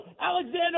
Alexander